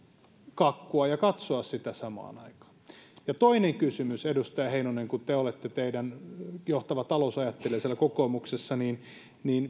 kakkua ja katsoa sitä samaan aikaan ja toinen kysymys edustaja heinonen kun te olette teidän johtava talousajattelijanne siellä kokoomuksessa niin niin